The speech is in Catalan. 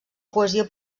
poesia